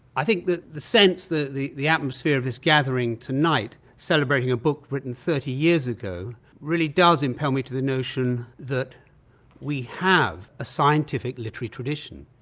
i think the the sense. the the atmosphere of this gathering tonight, celebrating a book written thirty years ago, really does impel me to the notion that we have a scientific literary tradition.